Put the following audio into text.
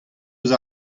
ouzh